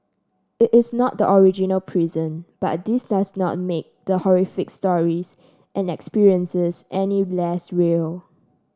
it is not the original prison but this does not make the horrific stories and experiences any less real